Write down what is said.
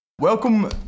Welcome